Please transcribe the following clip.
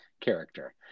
character